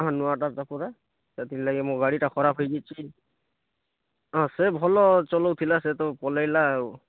ହଁ ନୂଆଟା ତ ପୂରା ସେଥିର ଲାଗି ମୋ ଗାଡ଼ିଟା ଖରାପ୍ ହେଇଯାଇଛି ହଁ ସେ ଭଲ୍ ଚଲଉଥିଲା ସେ ତ ପଲେଇଲା ଆଉ